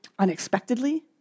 Unexpectedly